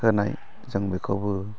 होनाय जों बेखौबो